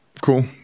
cool